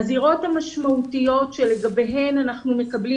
הזירות המשמעויות לגביהן אנחנו מקבלים